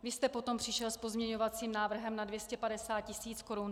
Vy jste potom přišel s pozměňovacím návrhem na 250 tisíc korun.